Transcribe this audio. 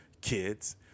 Kids